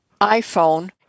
iphone